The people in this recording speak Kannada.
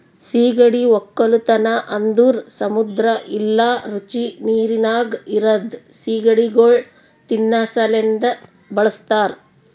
ಸೀಗಡಿ ಒಕ್ಕಲತನ ಅಂದುರ್ ಸಮುದ್ರ ಇಲ್ಲಾ ರುಚಿ ನೀರಿನಾಗ್ ಇರದ್ ಸೀಗಡಿಗೊಳ್ ತಿನ್ನಾ ಸಲೆಂದ್ ಬಳಸ್ತಾರ್